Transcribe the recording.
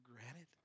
granted